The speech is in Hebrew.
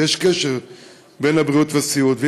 ויש קשר בין הבריאות לסיעוד.